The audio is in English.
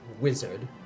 wizard